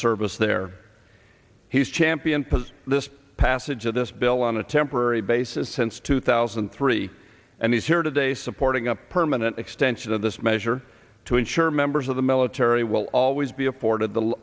service there he's championed possess this passage of this bill on a temporary basis since two thousand and three and he's here today supporting a permanent extension of this measure to ensure members of the military will always be afforded the